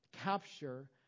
capture